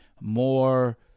more